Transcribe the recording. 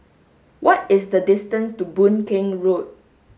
what is the distance to Boon Keng Road